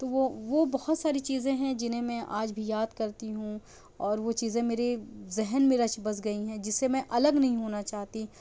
تو وہ وہ بہت ساری چیزیں ہیں جنہیں میں آج بھی یاد کرتی ہوں اور وہ چیزیں میرے ذہن میں رچ بس گئی ہیں جسے میں الگ نہیں ہونا چاہتی